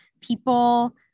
People